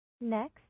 Next